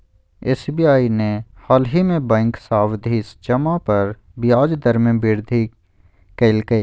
SBI ने हालही में बैंक सावधि जमा पर ब्याज दर में वृद्धि कइल्कय